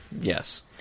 yes